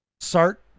start